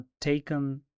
taken